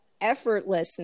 effortlessness